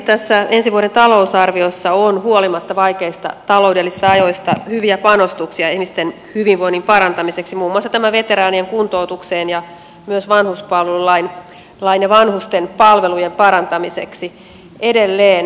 tässä ensi vuoden talousarviossa on huolimatta vaikeista taloudellisista ajoista hyviä panostuksia ihmisten hyvinvoinnin parantamiseksi muun muassa tämä veteraanien kuntoutus ja myös vanhuspalvelulaki vanhusten palvelujen parantamiseksi edelleen